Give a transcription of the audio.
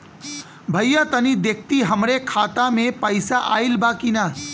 भईया तनि देखती हमरे खाता मे पैसा आईल बा की ना?